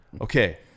Okay